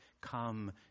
come